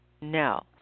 No